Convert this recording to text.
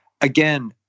again